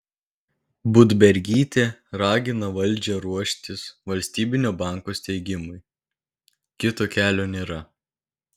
budbergytė ragina valdžią ruoštis valstybinio banko steigimui kito kelio nėra